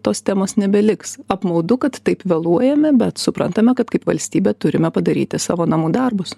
tos temos nebeliks apmaudu kad taip vėluojame bet suprantame kad kaip valstybė turime padaryti savo namų darbus